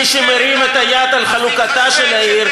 מי שמרים יד לחלוקתה של העיר,